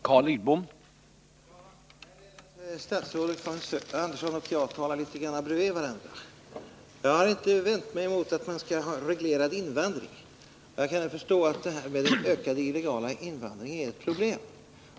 Herr talman! Jag är rädd att statsrådet Karin Andersson och jag talar litet bredvid varandra. Jag har inte vänt mig mot att man skall ha en reglerad invandring, och jag kan förstå att den ökade illegala invandringen är ett problem.